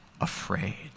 afraid